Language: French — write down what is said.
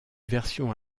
version